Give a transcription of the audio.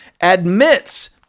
admits